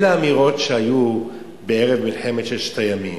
אלה אמירות שהיו ערב מלחמת ששת הימים.